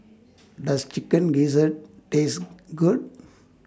Does Chicken Gizzard Taste Good